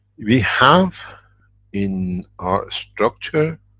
we have in our structure,